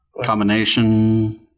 Combination